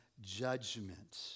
judgment